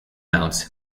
mounts